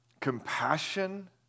compassion